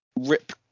Rip